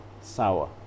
sour